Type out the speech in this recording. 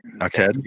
okay